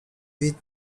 with